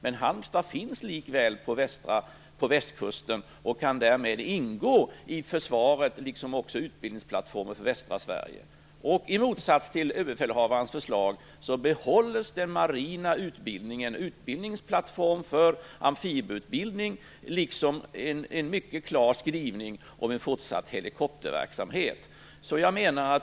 Men Halmstad ligger likväl på västkusten och kan därmed ingå i försvaret och vara utbildningsplattform för västra Sverige. I motsats till Överbefälhavarens förslag behålls den marina utbildningsplattformen för amfibieutbildning liksom en mycket klar skrivning om en fortsatt helikopterverksamhet.